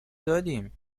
دادیم